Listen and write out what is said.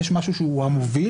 יש משהו שהוא המוביל,